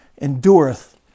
endureth